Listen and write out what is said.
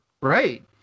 Right